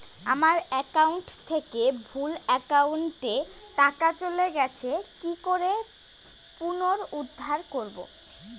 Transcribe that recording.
আমার একাউন্ট থেকে ভুল একাউন্টে টাকা চলে গেছে কি করে পুনরুদ্ধার করবো?